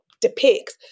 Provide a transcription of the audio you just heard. depicts